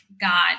God